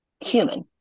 human